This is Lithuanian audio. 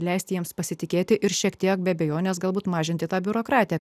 leisti jiems pasitikėti ir šiek tiek be abejonės galbūt mažinti tą biurokratiją